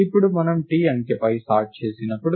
ఇప్పుడు మనం t అంకెపై సార్ట్ చేసినప్పుడు